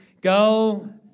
go